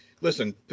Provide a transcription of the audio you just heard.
listen